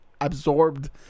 absorbed